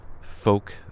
folk